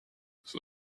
son